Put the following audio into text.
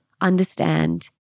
understand